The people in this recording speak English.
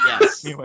Yes